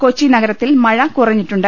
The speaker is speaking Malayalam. കൊച്ചി നഗരത്തിൽ മഴ കുറഞ്ഞിട്ടുണ്ട്